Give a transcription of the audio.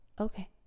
Okay